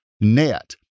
net